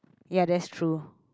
ya that's true